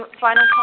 final